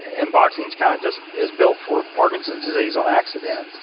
and boxing's kind of just, it's built for parkinson's disease on accident.